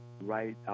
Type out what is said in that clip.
right